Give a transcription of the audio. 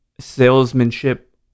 salesmanship